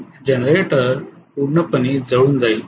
generator पूर्णपणे जळून जाईल